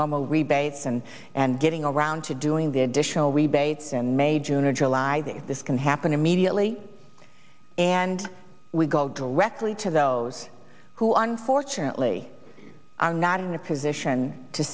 normal rebates and and getting around to doing the additional rebates in may june or july that this can happen immediately and we go directly to those who unfortunately are not in a position to